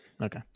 Okay